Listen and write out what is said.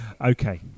Okay